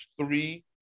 three